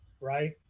right